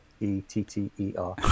e-t-t-e-r